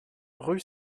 rue